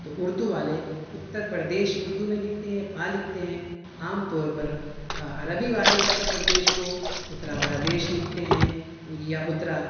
تو اردو والے اتر پردیش اردو میں لکھتے ہیں پا لکھتے ہیں عام طور پر عربی والے اتر پردیش کو اترا بردیش لکھتے ہیں یا اترا